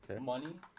Money